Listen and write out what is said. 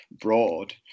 broad